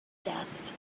death